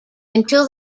until